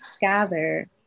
gather